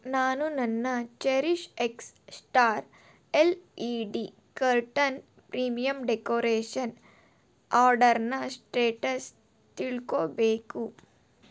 ನಾನು ನನ್ನ CherishX star L E D curtain premium decoration ಆರ್ಡರ್ನ ಸ್ಟೇಟಸ್ ತಿಳ್ಕೋಬೇಕು